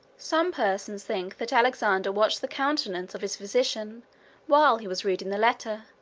some persons think that alexander watched the countenance of his physician while he was reading the letter,